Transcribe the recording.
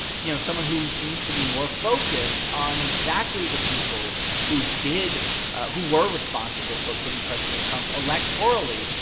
you know, someone who seems to be more focused on exactly the people who did who were responsible for putting president trump, electorally,